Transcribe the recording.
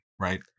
right